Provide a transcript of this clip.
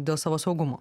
dėl savo saugumo